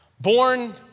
Born